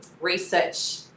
research